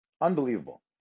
Unbelievable